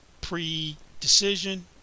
pre-decision